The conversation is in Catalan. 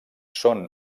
són